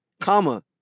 comma